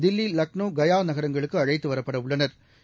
Delhi Lucknow கயாநகரங்களுக்குஅழைத்துவரப்படஉள்ளனா்